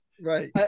Right